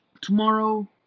tomorrow